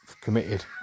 committed